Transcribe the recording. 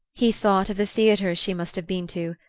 he thought of the theatres she must have been to,